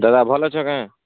ଦାଦା ଭଲ୍ ଅଛ କେଁ